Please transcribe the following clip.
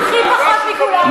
הכי פחות מכולם.